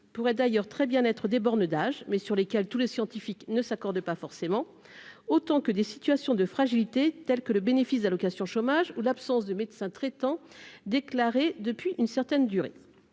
pourrait d'ailleurs très bien être des bornes d'âge mais sur lesquels tous les scientifiques ne s'accordent pas forcément autant que des situations de fragilité, tels que le bénéfice de l'allocation chômage ou l'absence de médecins traitants déclaré depuis une certaine durée,